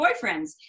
boyfriends